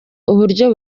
uburyo